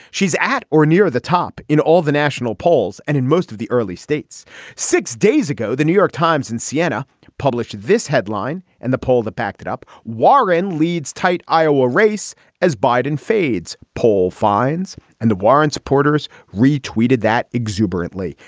she's at or near the top in all the national polls and in most of the early states six days ago the new york times in siena published this headline and the poll that packed it up. warren leads tight iowa race as biden fades. poll finds and warren's supporters retweeted that exuberantly.